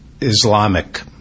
Islamic